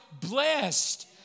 blessed